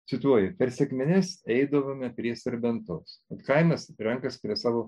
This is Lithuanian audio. cituoju per sekmines eidavome prie serbentos kaimas renkas prie savo